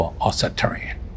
authoritarian